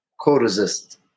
co-resist